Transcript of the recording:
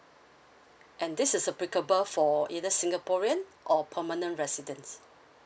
and this is applicable for either singaporean or permanent residents